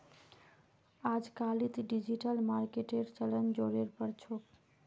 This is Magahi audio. अजकालित डिजिटल मार्केटिंगेर चलन ज़ोरेर पर छोक